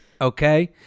Okay